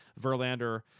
Verlander